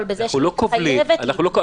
בזה שהיא חייבת להיוועץ --- אנחנו לא כובלים,